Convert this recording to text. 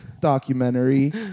documentary